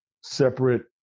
separate